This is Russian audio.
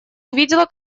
увидело